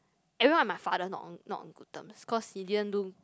everyone with my father not on not on good terms cause he didn't do